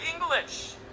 English